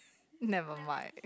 nevermind